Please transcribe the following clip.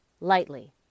lightly